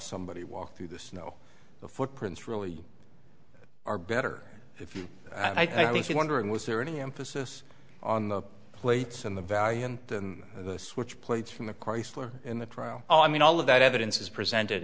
somebody walk through the snow the footprints really are better if you i think you're wondering was there any emphasis on the plates in the value and the switch plates from the chrysler in the trial i mean all of that evidence is presented